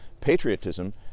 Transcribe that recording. Patriotism